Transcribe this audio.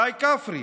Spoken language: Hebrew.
גיא כפרי,